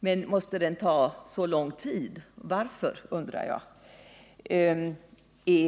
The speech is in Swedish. Men måste den ta så lång tid och i så fall Tisdagen den varför?